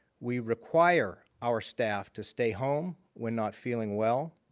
we require our staff to stay home when not feeling well.